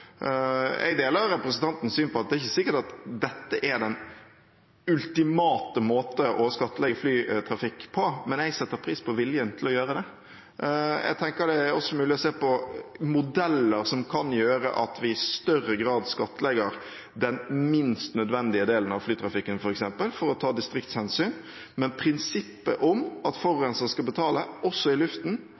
Jeg deler representantens syn på at det er ikke sikkert at dette er den ultimate måten å skattlegge flytrafikk på, men jeg setter pris på viljen til å gjøre det. Jeg tenker det også er mulig å se på modeller som kan gjøre at vi f.eks. i større grad skattlegger den minst nødvendige delen av flytrafikken for å ta distriktshensyn. Prinsippet om at forurenseren skal betale, også i luften,